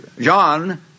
John